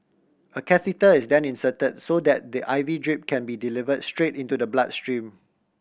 a catheter is then insert so that the I V drip can be deliver straight into the blood stream